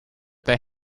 they